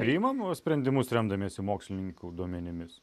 priimam sprendimus remdamiesi mokslininkų duomenimis